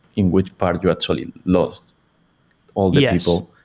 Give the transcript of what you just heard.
in which part you are actually lost all the people.